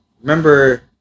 remember